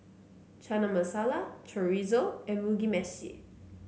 Chana Masala Chorizo and Mugi Meshi